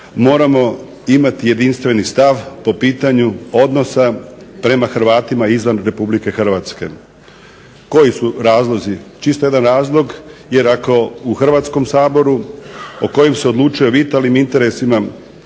moramo imati jedinstveni stav po pitanju odnosa prema Hrvatima izvan Republike Hrvatske. Koji su razlozi? Čisto jedan razlog, jer ako u Hrvatskom saboru u kojem se odlučuje o vitalnim interesima kako